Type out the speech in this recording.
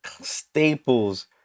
staples